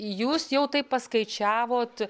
jūs jau taip paskaičiavot